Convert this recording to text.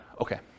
okay